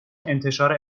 انتشار